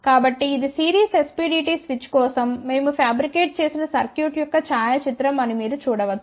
కాబట్టి ఇది series SPDT switch కోసం మేము ఫ్యాబ్రికేట్ చేసిన సర్క్యూట్ యొక్క ఛాయాచిత్రం అని మీరు చూడవచ్చు